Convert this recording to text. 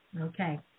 Okay